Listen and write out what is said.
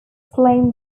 claimed